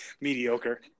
mediocre